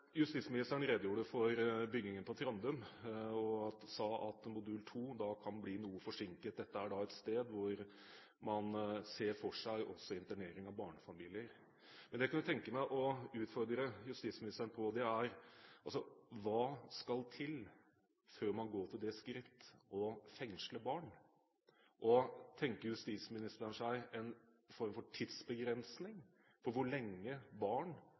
Justisministeren redegjorde for byggingen på Trandum og sa at modul 2 kan bli noe forsinket. Dette er et sted hvor man ser for seg også internering av barnefamilier. Men det jeg kunne tenke meg å utfordre justisministeren på, er: Hva skal til før man går til det skritt å fengsle barn? Og tenker justisministeren seg en form for tidsbegrensning for hvor lenge barn